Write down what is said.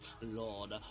Lord